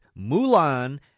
Mulan